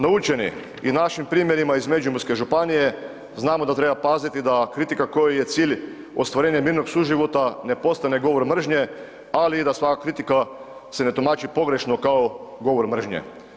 Naučeni i našim primjerima iz Međimurske županije, znamo da treba paziti da kritika kojoj je cilj ostvarenje mirnog suživota ne postane govor mržnje ali i da svaka kritika se ne tumači pogrešno kao govor mržnje.